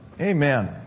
Amen